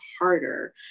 harder